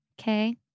Okay